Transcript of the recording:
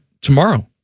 tomorrow